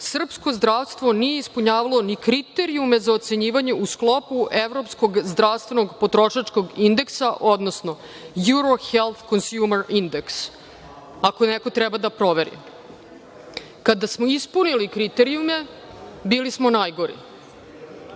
srpsko zdravstvo nije ispunjavalo ni kriterijume za ocenjivanje u sklopu evropskog zdravstvenog potrošačkog indeksa, odnosno Euro Health Consumer Index, ako neko treba da proveri. Kada smo ispunili kriterijume, bili smo najgori.